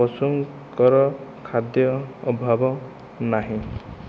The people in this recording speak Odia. ପଶୁଙ୍କର ଖାଦ୍ୟ ଅଭାବ ନାହିଁ